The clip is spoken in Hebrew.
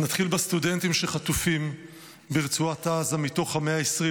נתחיל בסטודנטים שחטופים ברצועת עזה מתוך ה-120.